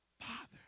Father